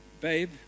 babe